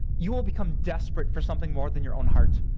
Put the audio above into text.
you will become desperate for something more than your own heart.